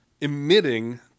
emitting